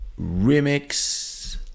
remix